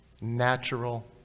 natural